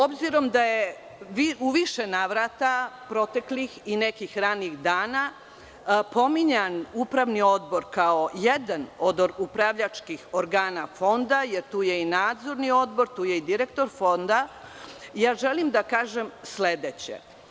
Obzirom da je u više navrata proteklih i nekih ranijih dana pominjan Upravni odbor kao jedan od upravljačkih organa Fonda, jer tu je i Nadzorni odbor, tu je i direktor Fonda, želim da kažem sledeće.